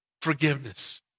Forgiveness